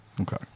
Okay